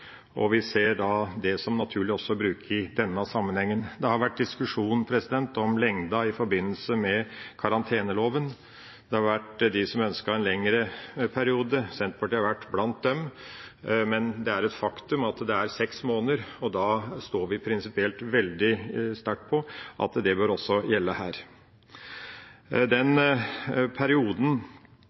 og vi ser det som naturlig å bruke det også i denne sammenhengen. Det har vært diskusjon om lengde i forbindelse med karanteneloven. Noen har ønsket en lengre periode. Senterpartiet har vært blant dem, men det er et faktum at det er seks måneder, og da står vi prinsipielt veldig sterkt på at det også bør gjelde her. I den perioden